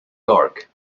dark